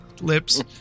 lips